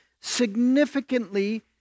significantly